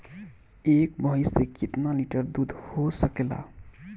एक भइस से कितना लिटर दूध हो सकेला?